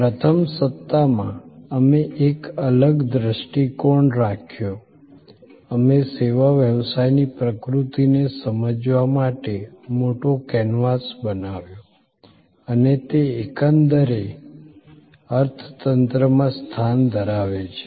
પ્રથમ સપ્તાહમાં અમે એક અલગ દૃષ્ટિકોણ રાખ્યો અમે સેવા વ્યવસાયની પ્રકૃતિને સમજવા માટે મોટો કેનવાસ બનાવ્યો અને તે એકંદર અર્થતંત્રમાં સ્થાન ધરાવે છે